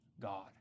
God